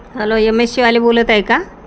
hello M A Shivale बोलत आहे का